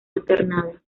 alternada